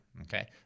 okay